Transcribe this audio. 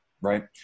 right